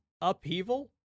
upheaval